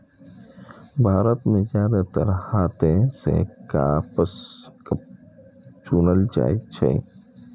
भारत मे जादेतर हाथे सं कपास चुनल जाइ छै